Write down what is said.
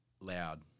Loud